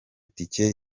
tike